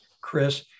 Chris